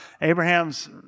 Abraham's